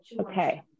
Okay